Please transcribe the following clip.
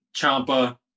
Champa